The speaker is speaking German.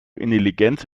intelligenz